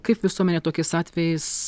kaip visuomenė tokiais atvejais